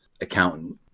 accountant